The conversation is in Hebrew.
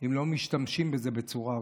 אם לא משתמשים בזה בצורה ראויה.